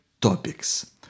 topics